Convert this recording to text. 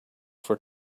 for